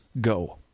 go